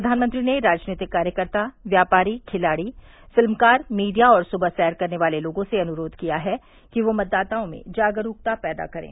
प्रधानमंत्री ने राजनीतिक कार्यकर्ता व्यापारी खिलाड़ी फिल्मकार मीडिया और सुबह सैर करने वाले लोगो से अनुरोध किया है कि वे मतदाताओं में जागरूकता पैदा करें